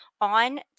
On